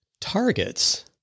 targets